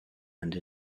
and